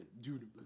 Dude